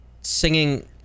singing